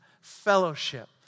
fellowship